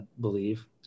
believe